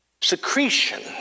secretion